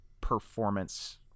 performance